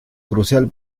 crucial